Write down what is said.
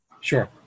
Sure